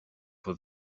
for